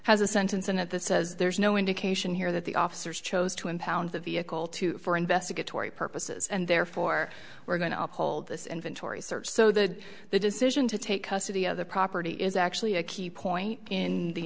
has a sentence in at that says there's no indication here that the officers chose to impound the vehicle to for investigatory purposes and therefore we're going to hold this inventory search so that the decision to take custody of the property is actually a key point in the